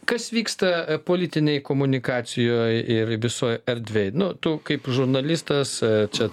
kas vyksta politinėj komunikacijoj ir visoj erdvėj nu tu kaip žurnalistas čia